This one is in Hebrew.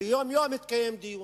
יום-יום התקיים דיון.